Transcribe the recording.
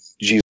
Jesus